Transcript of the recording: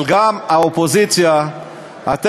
אבל גם האופוזיציה, על 100 מטר.